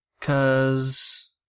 Cause